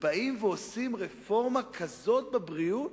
ובאים ועושים רפורמה כזאת בבריאות?